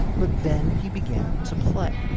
but then he began to play.